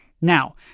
Now